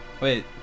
Wait